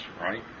right